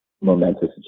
momentous